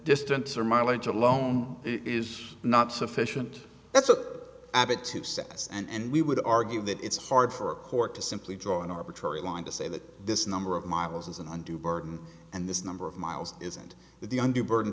distance or mileage alone is not sufficient that's a habit to set us and we would argue that it's hard for a court to simply draw an arbitrary line to say that this number of miles is an undue burden and this number of miles isn't that the under burden